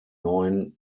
neuen